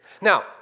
Now